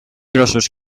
grossos